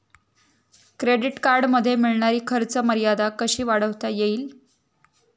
Credit कार्डमध्ये मिळणारी खर्च मर्यादा कशी वाढवता येईल?